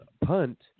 punt